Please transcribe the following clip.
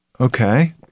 okay